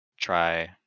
try